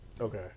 Okay